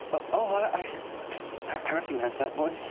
oh, i i recognize that voice.